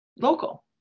local